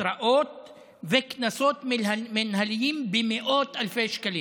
התראות וקנסות מינהליים במאות אלפי שקלים,